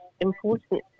important